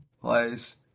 place